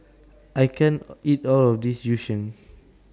I can't eat All of This Yu Sheng